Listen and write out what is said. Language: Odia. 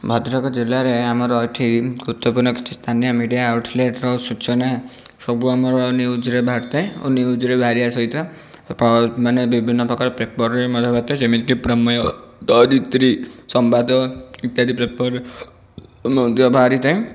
ଭଦ୍ରକ ଜିଲ୍ଲାରେ ଆମର ଏଠି ଗୁରୁତ୍ୱପୂର୍ଣ୍ଣ କିଛି ସ୍ଥାନୀୟ ମିଡ଼ିଆ ଆଉଟଲେଟ୍ର ସୂଚନା ସବୁ ଆମର ନ୍ୟୁଜ୍ରେ ବାହାରୁଥାଏ ନ୍ୟୁଜ୍ରେ ବାହାରିବା ସହିତ ମାନେ ବିଭିନ୍ନପ୍ରକାରର ପେପର୍ରେ ମଧ୍ୟ ବାହାରିଥାଏ ଯେମିତି କି ପ୍ରମେୟ ଧରିତ୍ରୀ ସମ୍ବାଦ ଇତ୍ୟାଦି ପେପର୍ ମଧ୍ୟ ବାହାରିଥାଏ